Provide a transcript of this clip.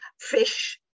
fish